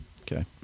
okay